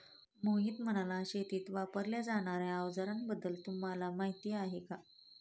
मोहित म्हणाला, शेतीत वापरल्या जाणार्या अवजारांबद्दल तुम्हाला माहिती आहे का?